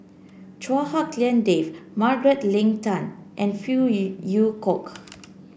Chua Hak Lien Dave Margaret Leng Tan and Phey Yew Kok